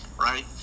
right